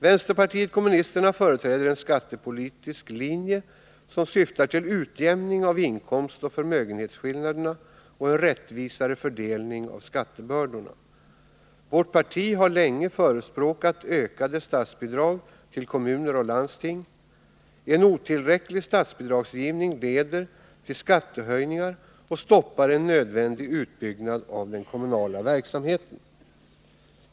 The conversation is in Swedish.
Vänsterpartiet kommunisterna företräder en skattepolitisk linje, som syftar till utjämning av inkomstoch förmögenhetsskillnaderna och en rättvisare fördelning av skattebördorna. Vårt parti har länge förespråkat ökade statsbidrag till kommuner och landsting. En otillräcklig statsbidragsgivning leder till skattehöjningar och stoppar en nödvändig utbyggnad av den kommunala verksamheten.